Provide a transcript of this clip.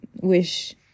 wish